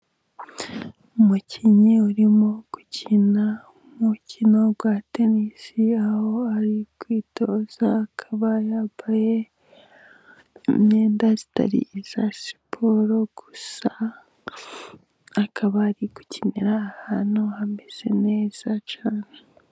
Umukinnyi urimo gukina umukino wa tenisi, aho ari kwitoza akaba yambaye imyenda zitari iza siporo, gusa akaba ari gukinira ahantu hameze neza cyane.